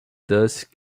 dust